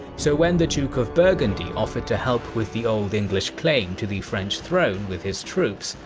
so when the duke of burgundy offered to help with the old english claim to the french throne with his troops,